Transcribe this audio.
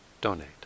donate